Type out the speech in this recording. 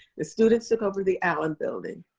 the students took over the allen building,